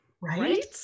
Right